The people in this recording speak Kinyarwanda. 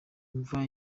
imva